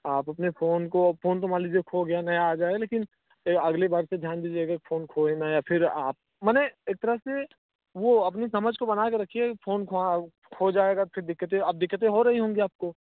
आप अपने फ़ोन को फ़ोन जो मान लीजिए खो गया नया आ जाए लेकिन अगली बार से ध्यान दीजिएगा फ़ोन खोए ना या फ़िर आप मने एक तरह से वह अपनी समझ को बना कर रखिए कि फ़ोन खो जाएगा तो फिर दिक्कतें अब दिक्कतें हो रही होंगी आपको